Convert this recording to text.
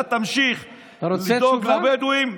אתה תמשיך לדאוג לבדואים,